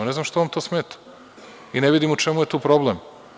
Ne znam zašto vam to smeta i ne vidim u čemu je tu problem.